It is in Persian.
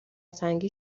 تنگی